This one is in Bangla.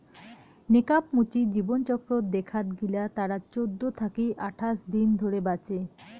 নেকাব মুচি জীবনচক্র দেখাত গিলা তারা চৌদ্দ থাকি আঠাশ দিন ধরে বাঁচে